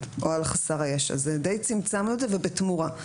או על חסר הישע - די צמצמנו את זה ובתמורה.